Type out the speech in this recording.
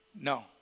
No